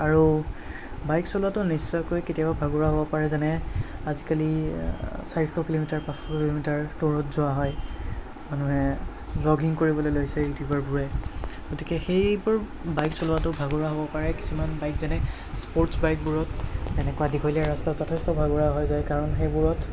আৰু বাইক চলোৱাটো নিশ্চয়কৈ কেতিয়াবা ভাগৰুৱা হ'ব পাৰে যেনে আজিকালি চাৰিশ কিলোমিটাৰ পাঁচশ কিলোমিটাৰ টুৰত যোৱা হয় মানুহে ব্লগিং কৰিবলৈ লৈছে ইউটিউবাৰবোৰে গতিকে সেইবোৰ বাইক চলোৱাটো ভাগৰুৱা হ'ব পাৰে কিছুমান বাইক যেনে স্পৰ্টছ বাইকবোৰত এনেকুৱা দীঘলীয়া ৰাস্তা যথেষ্ট ভাগৰুৱা হৈ যোৱা যায় কাৰণ সেইবোৰত